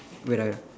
wait ah